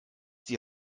die